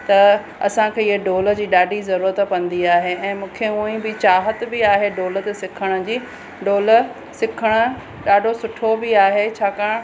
त असांखे हीअ ढोल जी ॾाढी ज़रूरत पवंदी आहे ऐं मूंखे हूअं बि चाहतु बि आहे ढोल ते सिखण जी ढोल सिखण ॾाढो सुठो बि आहे छाकाणि